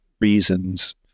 reasons